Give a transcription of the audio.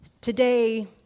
Today